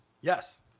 Yes